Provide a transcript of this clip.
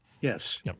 Yes